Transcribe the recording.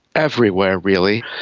everywhere really.